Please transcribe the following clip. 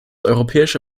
europäische